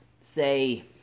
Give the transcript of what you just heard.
say